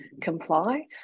comply